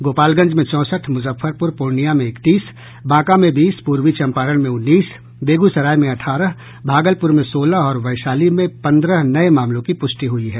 गोपालगंज में चौसठ मुजफ्फरपुर पूर्णिया में इकतीस बांका में बीस पूवी चंपारण में उन्नीस बेगूसराय में अठारह भागलपुर में सोलह और वैशाली में पन्द्रह नये मामलों की पुष्टि हुई है